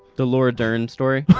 the laura dern story.